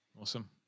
Awesome